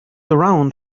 around